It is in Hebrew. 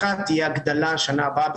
דיברנו אתמול על ההעברה.